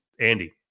Andy